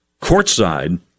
courtside